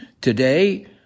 today